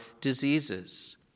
diseases